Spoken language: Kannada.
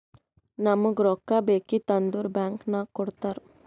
ನಮುಗ್ ರೊಕ್ಕಾ ಬೇಕಿತ್ತು ಅಂದುರ್ ಬ್ಯಾಂಕ್ ನಾಗ್ ಕೊಡ್ತಾರ್